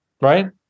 right